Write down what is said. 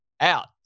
out